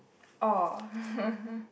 oh hehe